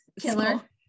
killer